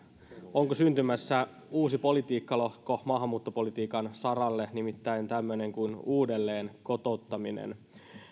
onko syntymässä uusi politiikkalohko maahanmuuttopolitiikan saralle nimittäin tämmöinen kuin uudelleen kotouttaminen